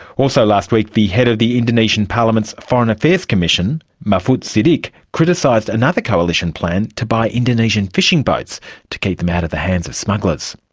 also last week the head of the indonesian parliament's foreign affairs commission, mahfudz siddiq, criticised another coalition plan to buy indonesian fishing boats to keep them out of the hands of smugglers.